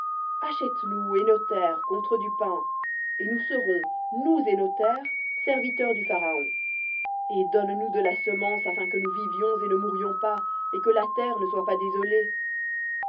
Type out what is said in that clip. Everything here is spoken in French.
achète nous et nos terres contre du pain et nous serons nous et nos terres serviteurs du pharaon et donne-nous de la semence afin que nous vivions et ne mourions pas et que la terre ne soit pas désolée